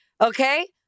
okay